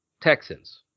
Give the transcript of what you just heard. Texans